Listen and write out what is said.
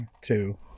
two